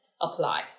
apply